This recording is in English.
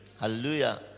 hallelujah